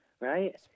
right